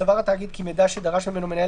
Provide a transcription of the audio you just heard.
סבר התאגיד כי מידע שדרש ממנו מנהל